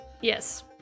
Yes